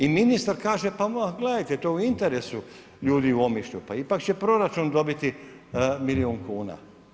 I ministar kaže pa gledajte, to je u interesu ljudi u Omišlju, pa ipak će proračun dobiti milijun kuna.